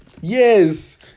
Yes